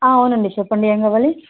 అవునండి చెప్పండి ఏం కావాలి